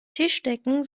tischdecken